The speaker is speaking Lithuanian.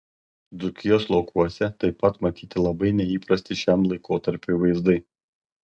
dzūkijos laukuose taip pat matyti labai neįprasti šiam laikotarpiui vaizdai